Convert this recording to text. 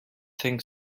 think